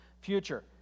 future